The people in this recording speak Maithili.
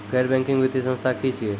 गैर बैंकिंग वित्तीय संस्था की छियै?